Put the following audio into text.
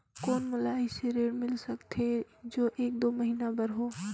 कौन मोला अइसे ऋण मिल सकथे जो एक दो महीना बर हो?